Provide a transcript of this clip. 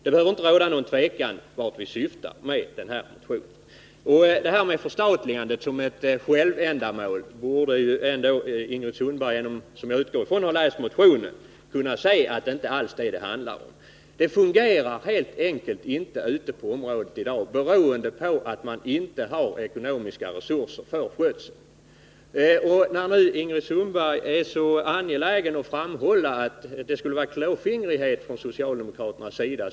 Det behöver inte råda något tvivel om vart vi syftar med denna motion. Ingrid Sundberg, som jag utgår från har läst motionen, borde kunna inse att det inte alls handlar om förstatligande som ett självändamål. Verksamheten på området fungerar helt enkelt inte beroende på att det inte finns ekonomiska resurser för skötseln. Ingrid Sundberg är angelägen om att framhålla att det skulle vara fråga om klåfingrighet från socialdemokraternas sida.